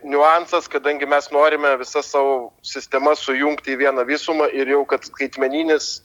niuansas kadangi mes norime visas sav sistemas sujungti į vieną visumą ir jau kad skaitmeninis